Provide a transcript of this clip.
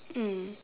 mm